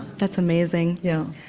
that's amazing. yeah